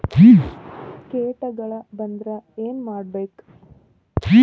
ಕೇಟಗಳ ಬಂದ್ರ ಏನ್ ಮಾಡ್ಬೇಕ್?